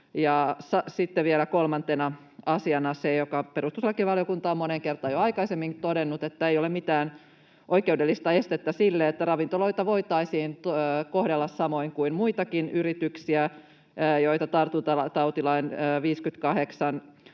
Sitten vielä kolmantena asiana on se, jonka perustuslakivaliokunta on moneen kertaan jo aikaisemmin todennut, että ei ole mitään oikeudellista estettä sille, että ravintoloita voitaisiin kohdella samoin kuin muitakin yrityksiä, joita tartuntatautilain 58